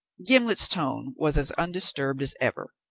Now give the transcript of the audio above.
gimblet's tone was as undisturbed as ever,